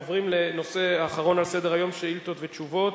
אנחנו עוברים לנושא האחרון על סדר-היום: שאילתות ותשובות.